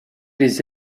les